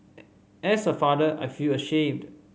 as a father I feel ashamed